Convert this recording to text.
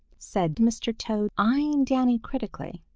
said mr. toad, eyeing danny critically.